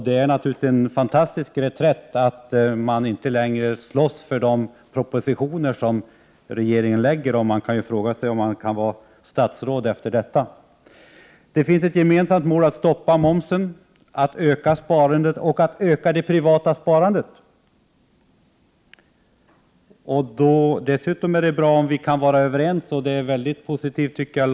Det är naturligtvis en fantastisk reträtt — att regeringen inte längre slåss för de propositioner som den lägger fram. Och man kan fråga sig om det går att vara statsråd efter detta. Det finns alltså ett gemensamt mål— att stoppa momsen, att öka sparandet, Vidare sade Roland Sundgren att en orsak till vårt minskade sparande & och att öka det privata sparandet. Dessutom är det mycket positivt, tycker — Prot.